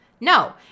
No